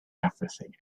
everything